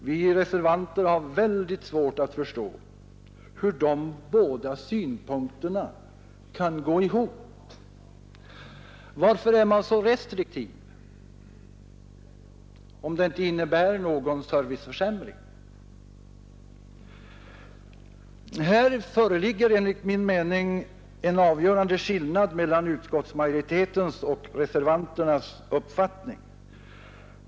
Vi reservanter har väldigt svårt att förstå hur de båda synpunkterna kan gå ihop. Varför är man så restriktiv, om indragningen inte innebär någon serviceförsämring? Här föreligger enligt min mening en avgörande skillnad mellan utskottsmajoritetens och reservanternas uppfattning.